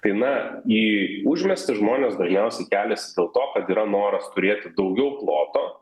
tai na į užmiestį žmonės dažniausiai keliasi dėl to kad yra noras turėti daugiau ploto